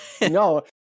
No